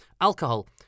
alcohol